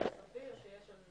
לצערי